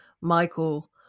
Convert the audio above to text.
michael